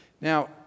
Now